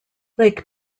lake